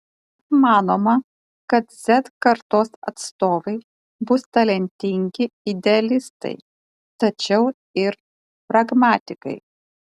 manoma kad z kartos atstovai bus talentingi idealistai tačiau ir pragmatikai